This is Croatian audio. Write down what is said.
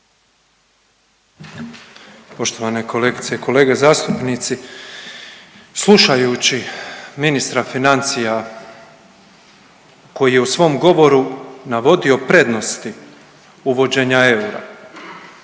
Poštovane kolegice i kolege zastupnici. Slušajući ministra financija koji je u svom govoru navodio prednosti uvođenja eura,